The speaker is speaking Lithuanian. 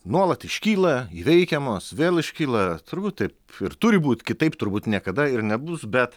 nuolat iškyla įveikiamos vėl iškyla turbūt taip ir turi būt kitaip turbūt niekada ir nebus bet